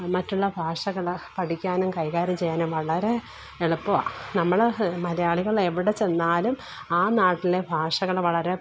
മറ്റുള്ള് ഭാഷകള് പഠിക്കാനും കൈകാര്യം ചെയ്യാനും വളരെ എളുപ്പമാണ് നമ്മള് മലയാളികളെവിടെ ചെന്നാലും ആ നാട്ടിലെ ഭാഷകള് വളരെ